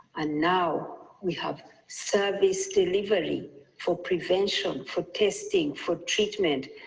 and now we have service delivery for prevention, for testing, for treatment,